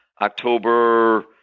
October